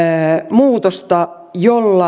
muutosta jolla